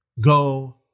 Go